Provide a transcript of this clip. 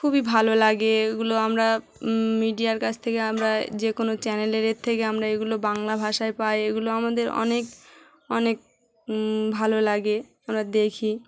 খুবই ভালো লাগে এগুলো আমরা মিডিয়ার কাছ থেকে আমরা যে কোনো চ্যানেলেরের থেকে আমরা এগুলো বাংলা ভাষায় পাই এগুলো আমাদের অনেক অনেক ভালো লাগে আমরা দেখি